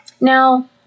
Now